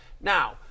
Now –